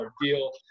deal